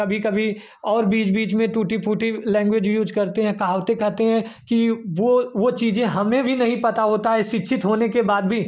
कभी कभी और बीच बीच में टूटी फूटी लैंग्वेज यूज करते हैं कहावते कहते हैं कि वह वह चीज़ें हमें भी नहीं पता होता है शिक्षित होने के बाद भी